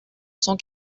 cent